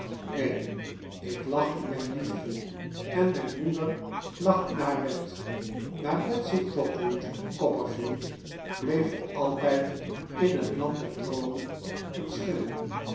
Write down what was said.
neen ik lag in mijn wiegje en mijn moeder lag in haar bed maar betsey trotwood copperfield bleef voor altijd in het land der droomen en schimmen